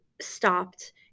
stopped